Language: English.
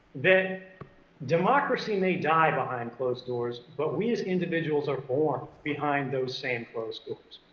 that democracy may die behind closed doors, but we as individuals are born behind those same closed